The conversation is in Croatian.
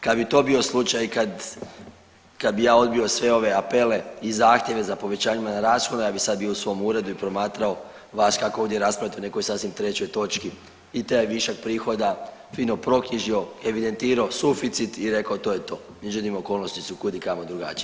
Kada bi to bio slučaj kad bi ja odbio sve ove apele i zahtjeve za povećanjima na rashodu ja bi sada bio u svom uredu i promatrao vas kako ovdje raspravljate o nekoj sasvim trećoj točki i taj višak prihoda fino proknjižio, evidentirao suficit i rekao to je to, međutim okolnosti su kud i kamo drugačije.